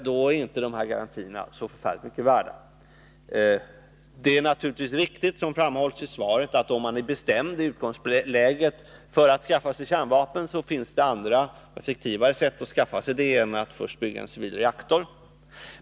Då är dessa garantier inte så förfärligt mycket värda. Det är naturligtvis riktigt som det framhålls i svaret att om man är bestämd i utgångsläget att skaffa sig kärnvapen finns det andra och effektivare sätt att göra det än att först bygga en civil reaktor.